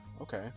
Okay